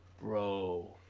Bro